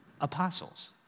apostles